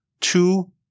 two